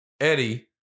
Eddie